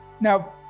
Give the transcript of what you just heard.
Now